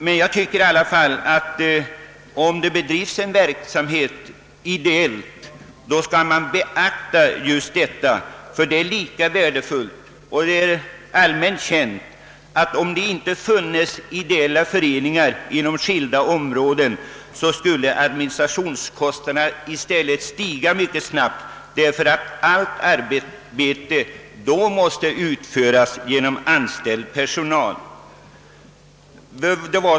Men jag tycker att det bör beaktas att verksamheten bedrivs ideellt. Det är allmänt känt att om det inte funnes ideella föreningar på skilda områden skulle administrationskostnaderna = stiga snabbt därför att allt arbete då måste utföras genom anställd personal.